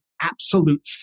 absolute